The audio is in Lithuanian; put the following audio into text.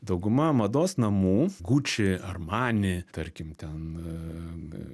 dauguma mados namų gucci armani tarkim ten